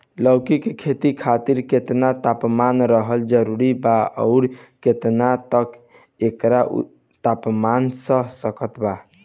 लौकी के खेती खातिर केतना तापमान रहल जरूरी बा आउर केतना तक एकर तापमान सह सकत बा?